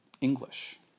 English